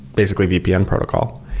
basically, vpn protocol,